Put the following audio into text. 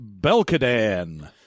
Belkadan